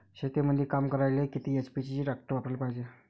शेतीमंदी काम करायले किती एच.पी चे ट्रॅक्टर वापरायले पायजे?